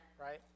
right